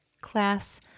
class